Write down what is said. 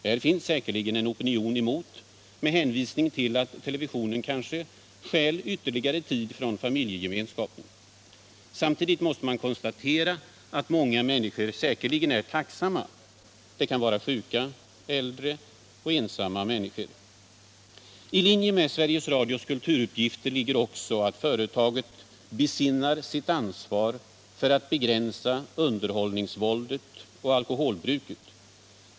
Det finns säkerligen en opinion emot dessa med hänvisning till att televisionen kanske stjäl ytterligare tid från familjegemenskapen. Samtidigt måste konstateras att många människor säkerligen är tacksamma, exempelvis sjuka, äldre och ensamma människor. I linje med Sveriges Radios kulturuppgifter ligger också att företaget besinnar sitt ansvar för att begränsa underhållningsvåldet och alkoholbruket.